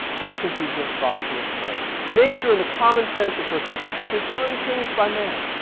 no confusion of thought will occur. nature in the common sense refers to essences unchanged by man,